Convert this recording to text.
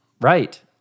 Right